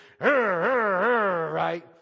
Right